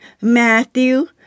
Matthew